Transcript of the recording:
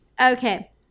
Okay